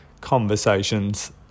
conversations